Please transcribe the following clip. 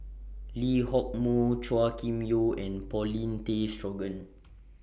Lee Hock Moh Chua Kim Yeow and Paulin Tay Straughan